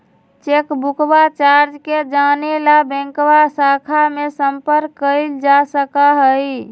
चेकबुकवा चार्ज के जाने ला बैंकवा के शाखा में संपर्क कइल जा सका हई